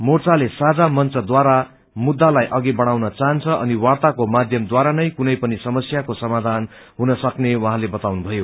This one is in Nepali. मोर्चाले साँझा मंचद्वारा मुद्दालाई अघि बढ़ाउन चाहन्छ अनि वार्ताको माध्यमद्वारानै कुनै पनि समस्याको सामाधान हुन सक्ने उहाँले बताउनुभयो